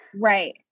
Right